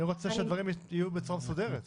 אני רוצה שהדברים יהיו בצורה מסודרת,